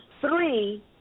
three